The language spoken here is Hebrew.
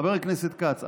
חבר הכנסת כץ,